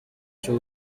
cy’u